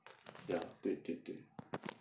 ya 对对对